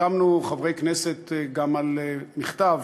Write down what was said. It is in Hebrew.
החתמנו חברי כנסת גם על מכתב